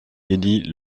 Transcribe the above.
élit